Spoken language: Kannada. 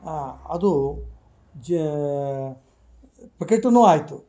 ಅದು ಜ ಪ್ರಖ್ಯಾತನು ಆಯಿತು